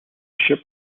ship